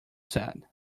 said